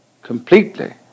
completely